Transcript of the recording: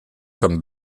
comme